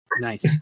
Nice